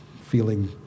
feeling